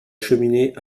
cheminée